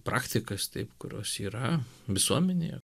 praktikas taip kurios yra visuomenėje